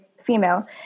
female